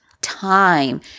time